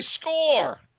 score